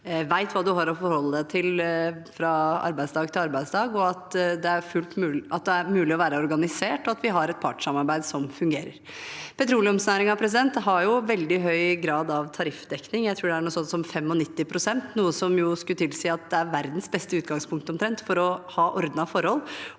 vet hva man har å forholde seg til fra arbeidsdag til arbeidsdag, at det er mulig å være organisert, og at vi har et partssamarbeid som fungerer. Petroleumsnæringen har veldig høy grad av tariffdekning. Jeg tror det er noe sånt som 95 pst., noe som skulle tilsi at det omtrent er verdens beste utgangspunkt for å ha ordnede forhold,